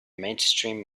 mainstream